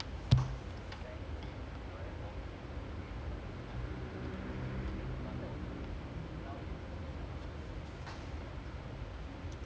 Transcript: this tank striker this ryan bobery I don't think or something I don't think you know lah it's a from the youth academy last time voice familiar now if err first team X